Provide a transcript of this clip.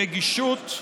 ברגישות,